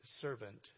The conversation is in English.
servant